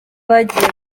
bagiye